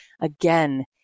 again